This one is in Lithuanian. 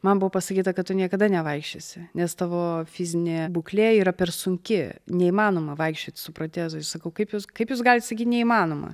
man buvo pasakyta kad tu niekada nevaikščiosi nes tavo fizinė būklė yra per sunki neįmanoma vaikščiot su protezais sakau kaip jūs kaip jūs galit sakyt neįmanoma